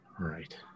Right